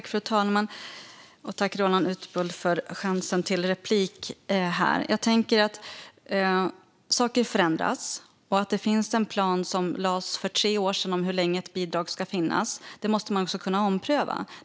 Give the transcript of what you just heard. Fru talman! Tack, Roland Utbult, för chansen till replik! Saker förändras. Om det för tre år sedan lades fram en plan för hur länge ett bidrag ska finnas måste man kunna ompröva planen.